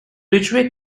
ridgeway